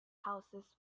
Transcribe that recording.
houses